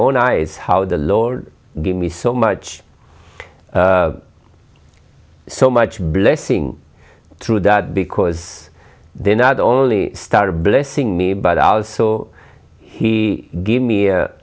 own eyes how the lord gave me so much so much blessing through that because they not only started blessing me but also he gave me a